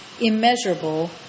immeasurable